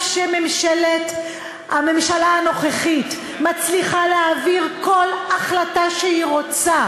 שהממשלה הנוכחית מצליחה להעביר כל החלטה שהיא רוצה,